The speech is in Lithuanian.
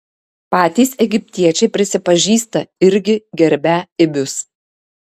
patys egiptiečiai prisipažįsta irgi gerbią ibius